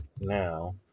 now